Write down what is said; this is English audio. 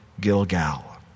Gilgal